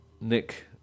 Nick